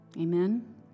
Amen